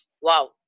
wow